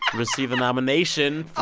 receive a nomination